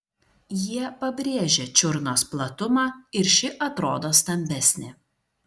jie pabrėžia čiurnos platumą ir ši atrodo stambesnė